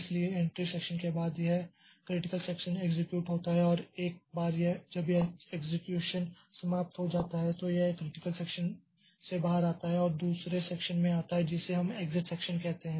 इसलिए entry section के बाद यह क्रिटिकल सेक्षन एक्सेक्यूट होता है और एक बार जब यह एक्सेक्यूशन समाप्त हो जाता है तो यह क्रिटिकल सेक्षन से बाहर आता है और दूसरे सेक्षन में आता है जिसे हम एग्ज़िट सेक्षन कहते हैं